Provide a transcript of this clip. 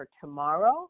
tomorrow